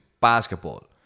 basketball